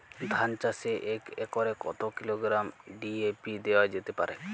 ধান চাষে এক একরে কত কিলোগ্রাম ডি.এ.পি দেওয়া যেতে পারে?